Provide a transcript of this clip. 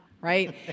right